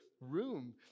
room